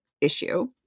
issue